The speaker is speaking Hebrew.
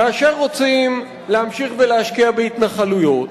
כאשר רוצים להמשיך ולהשקיע בהתנחלויות,